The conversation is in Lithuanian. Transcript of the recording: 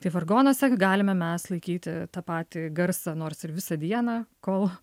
tai vargonuose galime mes laikyti tą patį garsą nors ir visą dieną kol